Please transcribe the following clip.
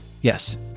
Yes